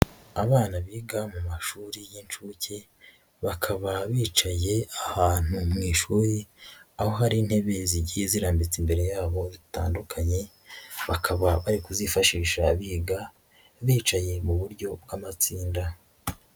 Abana biga mu mashuri y'incuke bakaba bicaye ahantu mu ishuri aho hari intebe zigiye zirambitse imbere yabo zitandukanye bakaba bari kuzifashisha biga bicaye mu buryo bw'amatsinda.